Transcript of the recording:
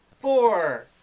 Four